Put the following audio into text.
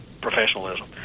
professionalism